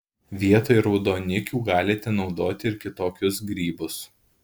vietoj raudonikių galite naudoti ir kitokius grybus